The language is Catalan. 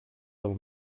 del